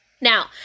Now